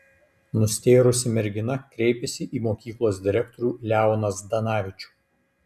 nustėrusi mergina kreipėsi į mokyklos direktorių leoną zdanavičių